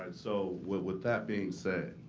so with that being said